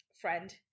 friend